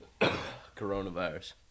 Coronavirus